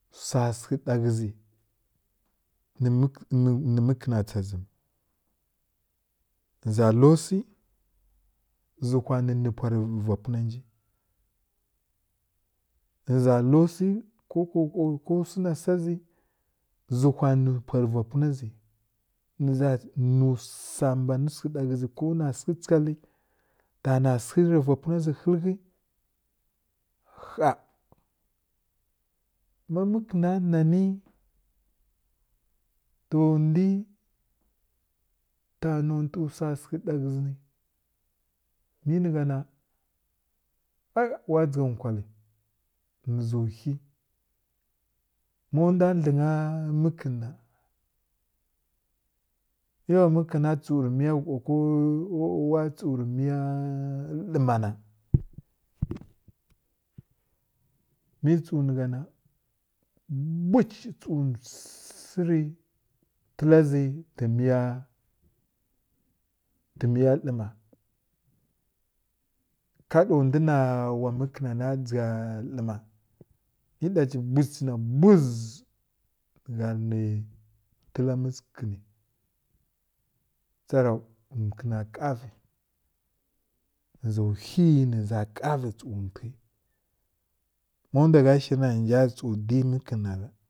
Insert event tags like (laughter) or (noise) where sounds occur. Wsa səkə ɗa ghə zi ni mi məkəna tsa zəmə ni za lo wsi dʒəwhi nini pwar va punə nji nə za lo wsi ko kwa ho ko wsi na sə zi dʒəwhi ni pwar ra punə zi wsa mbani wsa səkə ɗa ghə zi ko na səkə tskəl ɗa ghg zi ko na səkə tskəl yi ta na sekə rə va punə zi həl ghi ha ma məkəna na ni ta ndw ta natə wsa səkə ɗa ghə zi mə ni gha na yəl ira dʒiga wkal nə za whi ma ndw dlənya makaln na mə wa məkəna tsəw rə ho kowa tsəw rə miya rəma na (noise) mə tsəw ni gha na buch tsəw sirə twla zi tə mi ya tə miya ləma ka ɗa ndw na wa məkən ha dʒiga ləma mə ɗa zə buch buzz nə gha rəni twla məkəni tsro ni məkəna kha vi nə zi whi ni za kha vi tsəw ntwikə ma ndw gha shir na nə nja tsəw di məkən